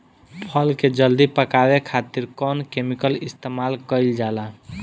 फल के जल्दी पकावे खातिर कौन केमिकल इस्तेमाल कईल जाला?